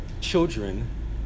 children